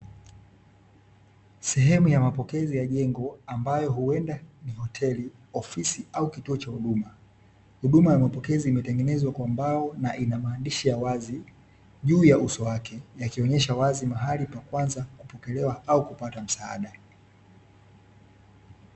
Sehemu ya mapokezi ya jengo ambayo huenda ni hoteli, ofisi au kituo cha huduma. Huduma ya mapokezi imetengenezwa kwa mbao na ina maandishi ya wazi juu ya uso wake yakionyesha wazi mahali pa kwanza kupokelewa au kupata msaada.